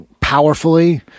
powerfully